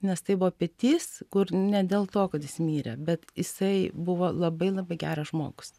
nes tai buvo petys kur ne dėl to kad jis mirė bet jisai buvo labai labai geras žmogus